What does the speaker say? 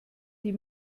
die